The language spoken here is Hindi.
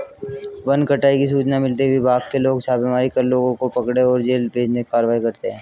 वन कटाई की सूचना मिलते ही विभाग के लोग छापेमारी कर लोगों को पकड़े और जेल भेजने की कारवाई करते है